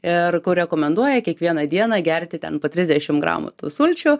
ir kur rekomenduoja kiekvieną dieną gerti ten po trisdešim gramų tų sulčių